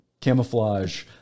camouflage